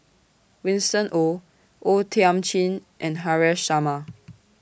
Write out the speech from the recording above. Winston Oh O Thiam Chin and Haresh Sharma